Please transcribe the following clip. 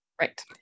right